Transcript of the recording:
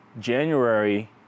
January